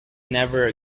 never